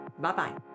bye-bye